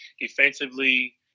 defensively